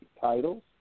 titles